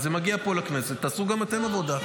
זה מגיע לפה, לכנסת, תעשו גם אתם עבודה.